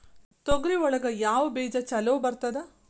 ತೊಗರಿ ಒಳಗ ಯಾವ ಬೇಜ ಛಲೋ ಬರ್ತದ?